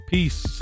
Peace